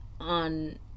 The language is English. on